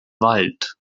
wald